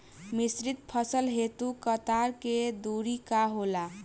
मिश्रित फसल हेतु कतार के दूरी का होला?